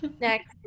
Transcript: next